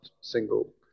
single